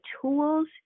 tools